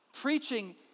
preaching